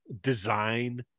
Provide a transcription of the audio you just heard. design